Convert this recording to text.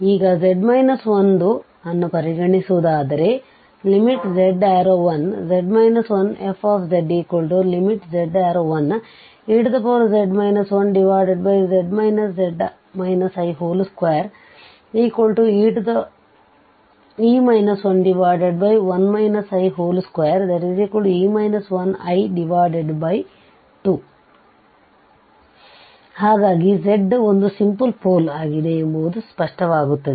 ಈಗz 1ಅನ್ನು ಪರಿಗಣಿಸುವುದಾದರೆ z→1z 1fzz→1ez 1zz i2e 11 i2e 1i2 ಹಾಗಾಗಿ z 1ಸಿಂಪಲ್ ಪೋಲ್ ಆಗಿದೆ ಎಂಬುದು ಸ್ಪಷ್ಟವಾಗುತ್ತದೆ